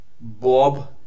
Bob